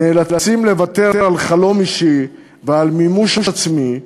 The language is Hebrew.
נאלצים לוותר על חלום אישי ועל מימוש עצמי.